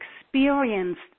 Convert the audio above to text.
experienced